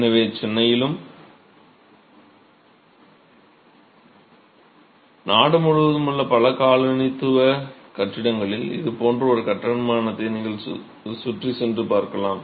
எனவே சென்னையிலும் நாடு முழுவதும் உள்ள பல காலனித்துவ கட்டிடங்களில் இதுபோன்ற ஒரு கட்டுமானத்தை நீங்கள் சென்று சுற்றி பார்க்கலாம்